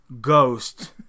ghost